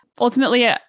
ultimately